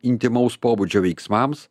intymaus pobūdžio veiksmams